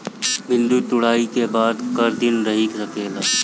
भिन्डी तुड़ायी के बाद क दिन रही सकेला?